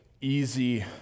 easy